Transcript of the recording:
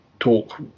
talk